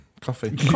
coffee